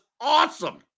awesome